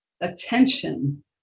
attention